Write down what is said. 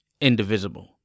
Indivisible